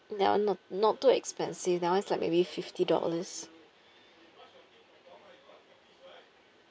ya not not too expensive that was like maybe fifty dollars